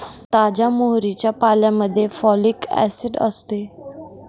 ताज्या मोहरीच्या पाल्यामध्ये फॉलिक ऍसिड असते